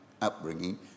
upbringing